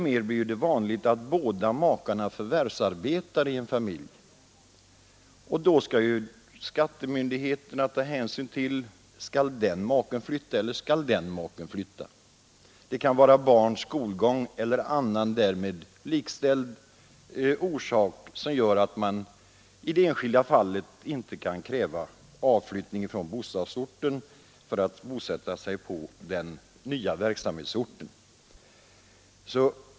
Det blir allt vanligare att båda makarna i en familj förvärvsarbetar, och då skall skattemyndigheterna ta hänsyn till om den ene eller den andre maken skall flytta. Det kan vara barns skolgång eller annan därmed likställd orsak som gör att man i det enskilda fallet inte kan kräva avflyttning från bostadsorten för bosättning på den nya verksamhetsorten.